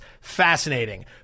Fascinating